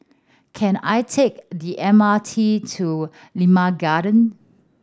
can I take the M R T to Limau Garden